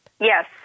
Yes